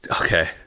okay